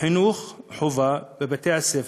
חינוך חובה בבתי-הספר,